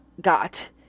GOT